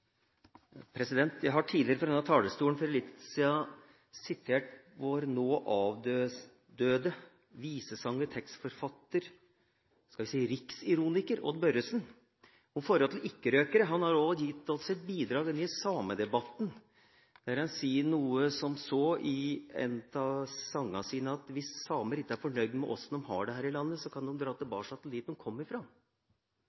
urfolk. Jeg har tidligere, for litt siden, fra denne talerstolen sitert vår nå avdøde visesanger, tekstforfatter – skal vi si: riksironiker – Odd Børretzen om forholdet til ikke-røykere. Han har også gitt oss et bidrag i samedebatten, der han i en av sangene sine sier at hvis samene ikke er fornøyd med hvordan de har det her i landet, kan de dra